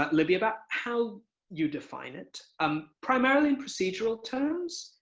but libby, about how you define it, um primarily in procedural terms.